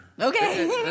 Okay